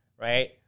right